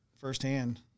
firsthand